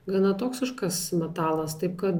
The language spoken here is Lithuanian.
gana toksiškas metalas taip kad